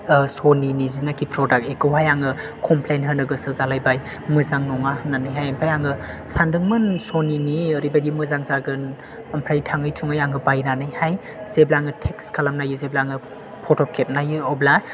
ओ सनिनि जायनोखि प्रदाक्ट बेखौहाय आं कमप्लेन होनो गोसो जालायबाय मोजां नङा होननानैहाय ओमफ्राय आं सानदोंमोन सनिनि ओरैबादि मोजां जागोन ओमफ्राय थाङै थुङै आङो बायनानैहाय जेब्ला आं टेस्ट खालामनायो जेब्ला आं फट' खेबनायो अब्ला